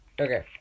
okay